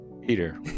Peter